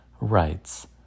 writes